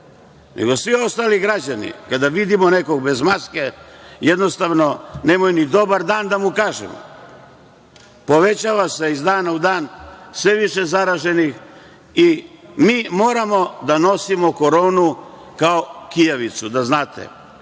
nego svi ostali građani, kada vidimo nekoga bez maske, nemoj ni dobar dan da mu kažemo. Povećava se iz dana u dan sve više zaraženih i mi moramo da nosimo Koronu kao kijavicu. To jeste